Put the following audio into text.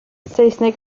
saesneg